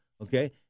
Okay